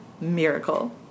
Miracle